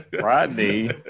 Rodney